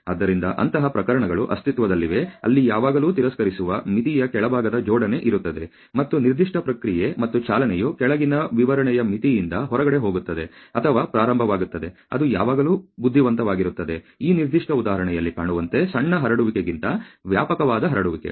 ಆದ್ದರಿಂದ ಅಂತಹ ಪ್ರಕರಣಗಳು ಅಸ್ತಿತ್ವದಲ್ಲಿವೆ ಅಲ್ಲಿ ಯಾವಾಗಲೂ ತಿರಸ್ಕರಿಸುವ ಮಿತಿಯ ಕೆಳಭಾಗದ ಜೋಡಣೆ ಇರುತ್ತದೆ ಮತ್ತು ನಿರ್ದಿಷ್ಟ ಪ್ರಕ್ರಿಯೆ ಮತ್ತು ಚಲನೆಯು ಕೆಳಗಿನ ವಿವರಣೆಯ ಮಿತಿಯಿಂದ ಹೊರಗಡೆ ಹೋಗುತ್ತದೆ ಅಥವಾ ಪ್ರಾರಂಭವಾಗುತ್ತದೆ ಅದು ಯಾವಾಗಲೂ ಬುದ್ಧಿವಂತವಾಗಿರುತ್ತದೆ ಈ ನಿರ್ದಿಷ್ಟ ಉದಾಹರಣೆಯಲ್ಲಿ ಕಾಣುವಂತೆ ಸಣ್ಣ ಹರಡುವಿಕೆಗಿಂತ ವ್ಯಾಪಕವಾದ ಹರಡುವಿಕೆ